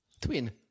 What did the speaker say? Twin